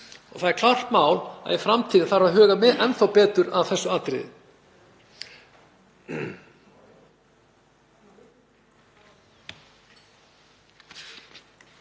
Það er klárt mál að í framtíðinni þarf að huga enn betur að þessu atriði.